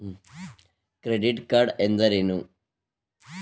Credit card ಎಂದರೇನು?